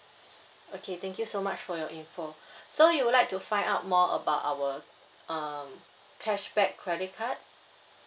okay thank you so much for your info so you would like to find out more about our um cashback credit card